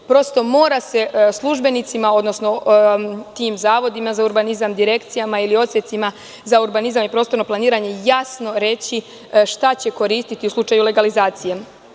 Prosto, mora se službenicima, odnosno tim zavodima za urbanizam, direkcijama ili odsecima za urbanizam i prostorno planiranje jasno reći šta će koristiti u slučaju legalizacije.